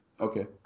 Okay